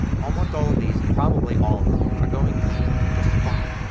almost all of these, and probably all of them, are going to be just fine.